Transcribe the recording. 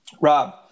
Rob